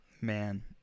Man